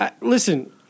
Listen